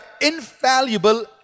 infallible